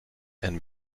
and